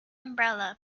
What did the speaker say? umbrella